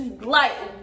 life